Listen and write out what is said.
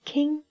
King